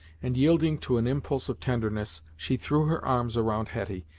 and yielding to an impulse of tenderness, she threw her arms around hetty,